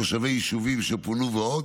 תושבי יישובים שפונו ועוד,